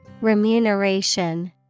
Remuneration